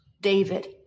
David